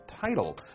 title